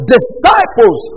Disciples